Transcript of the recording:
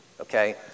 okay